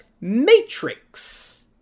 matrix